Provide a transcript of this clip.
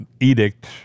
edict